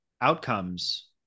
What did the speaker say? outcomes